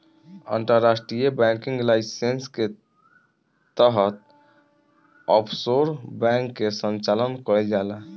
अंतर्राष्ट्रीय banking licence के तहत ऑफशोर बैंक के संचालन कईल जाला